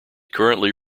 currently